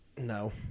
No